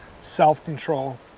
self-control